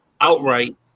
outright